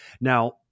Now